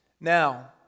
Now